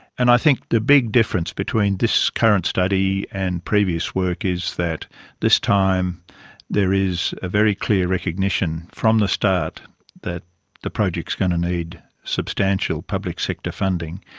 and i think the big difference between this current study and previous work is that this time there is a very clear recognition from the start that the project is going to need substantial public sector funding,